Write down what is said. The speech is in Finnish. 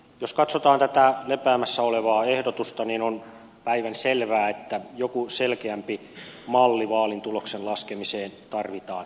jos katsotaan tätä lepäämässä olevaa ehdotusta on päivänselvää että joku selkeämpi malli vaalin tuloksen laskemiseen tarvitaan